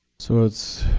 so it's